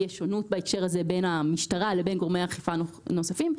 יש שונות בהקשר הזה בין המשטרה לבין גורמי האכיפה הנוספים.